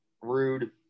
Rude